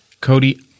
Cody